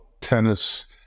tennis